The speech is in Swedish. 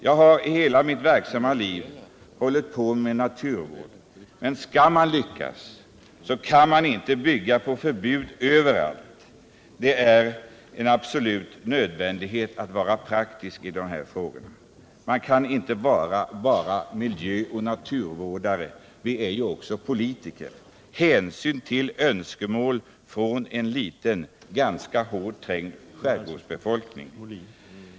Jag har i hela mitt verksamma liv hållit på med naturvård, men skall man lyckas kan man inte bygga på förbud överallt — det är en absolut nödvändighet att vara praktisk. Vi kan inte bara vara miljöoch naturvårdare — vi är också politiker. Vi måste ta hänsyn till önskemål från en liten, ganska hårt trängd skärgårdsbefolkning.